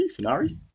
Finari